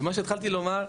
מה שהתחלתי לומר,